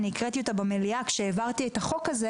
אני הקראתי אותה במליאה כשהעברתי את החוק הזה